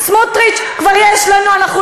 הקשבתי להם.